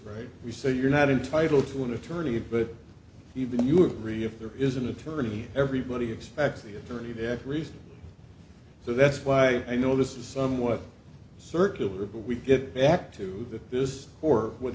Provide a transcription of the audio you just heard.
right we say you're not entitled to an attorney but even if you agree if there is an attorney everybody expects the attorney that reason so that's why i know this is somewhat circular but we get back to the this court would